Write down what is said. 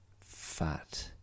fat